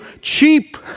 cheap